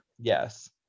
Yes